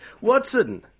Watson